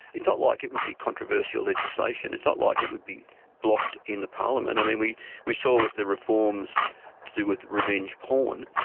it's not like it would be controversial legislation, it's not like it would be blocked in the parliament. i mean we we saw it with the reforms to do with revenge porn.